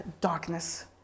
darkness